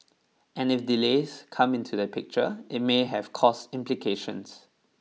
and if delays come into the picture it may have cost implications